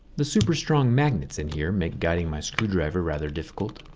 the super strong magnets in here make guiding my screwdriver rather difficult.